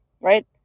right